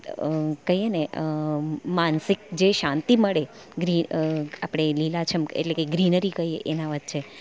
કઇએને માનસિક જે શાંતિ મળે આપણે લીલાછમ એટલે જે ગ્રીનરી કહીએ એના વચ્ચે